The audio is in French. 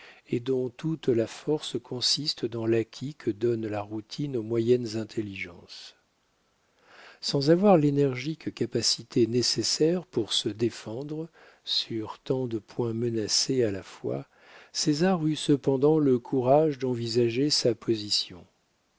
et dont toute la force consiste dans l'acquis que donne la routine aux moyennes intelligences sans avoir l'énergique capacité nécessaire pour se défendre sur tant de points menacés à la fois césar eut cependant le courage d'envisager sa position